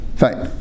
fine